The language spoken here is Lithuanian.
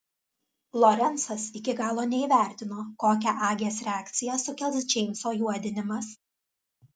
lorencas iki galo neįvertino kokią agės reakciją sukels džeimso juodinimas